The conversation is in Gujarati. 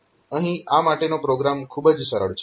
અહીં આ માટેનો પ્રોગ્રામ ખૂબ જ સરળ છે